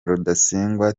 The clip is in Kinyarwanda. rudasingwa